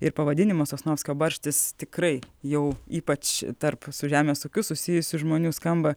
ir pavadinimas sosnovskio barštis tikrai jau ypač tarp su žemės ūkiu susijusių žmonių skamba